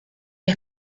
que